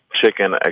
chicken